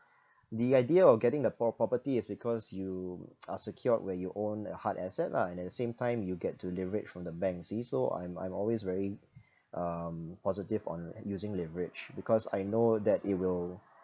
the idea of getting the pro~ property is because you are secured when you own a hard asset lah and at the same time you get to leverage from the bank see so I'm I'm always very um positive on using leverage because I know that it will